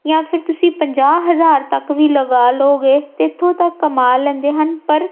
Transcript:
ਜਾਂ ਫਿਰ ਤੁਸੀਂ ਪੰਜਾਹ ਹਜ਼ਾਰ ਤੱਕ ਵੀ ਲਗਾ ਲਓਗੇ ਅਤੇ ਇੱਥੋਂ ਤੱਕ ਕਮਾ ਲੈਂਦੇ ਹਨ ਪਰ